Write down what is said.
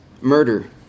murder